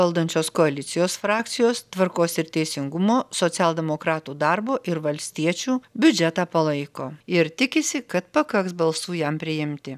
valdančios koalicijos frakcijos tvarkos ir teisingumo socialdemokratų darbo ir valstiečių biudžetą palaiko ir tikisi kad pakaks balsų jam priimti